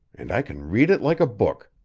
and i can read it like a book.